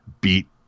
beat